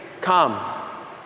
come